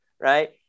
right